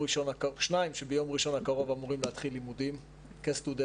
שניים שביום ראשון הקרוב אמורים להתחיל לימודים כסטודנטים,